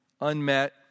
Unmet